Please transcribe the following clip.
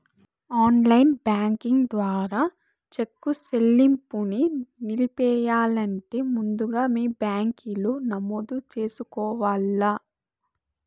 online banking ద్వారా cheque సెల్లింపుని నిలిపెయ్యాలంటే ముందుగా మీ బ్యాంకిలో నమోదు చేసుకోవల్ల